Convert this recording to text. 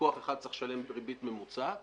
לקוח אחד צריך לשלם ריבית ממוצעת,